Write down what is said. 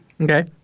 Okay